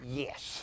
yes